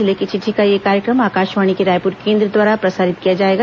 जिले की चिट्ठी का यह कार्यक्रम आकाशवाणी के रायपुर केंद्र द्वारा प्रसारित किया जाएगा